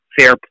fair